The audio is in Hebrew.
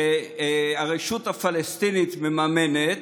שהרשות הפלסטינית מממנת,